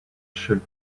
should